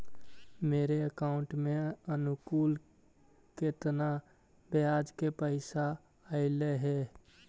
मेरे अकाउंट में अनुकुल केतना बियाज के पैसा अलैयहे?